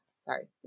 sorry